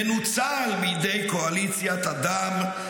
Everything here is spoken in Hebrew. מנוצל בידי קואליציית הדם,